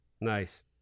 Nice